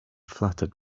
fluttered